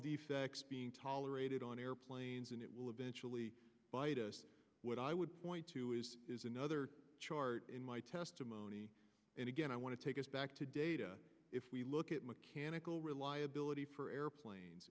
defects being tolerated on airplanes and it will eventually bite us what i would point to is another chart in my testimony and again i want to take us back to data if we look at mechanical reliability for airplane